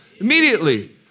Immediately